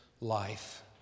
life